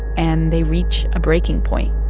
and they reach a breaking point